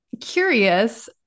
curious